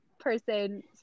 person